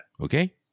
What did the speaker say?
okay